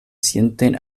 sienten